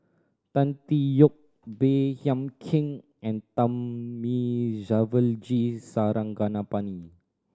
Tan Tee Yoke Baey Yam Keng and Thamizhavel G Sarangapani